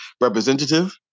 representative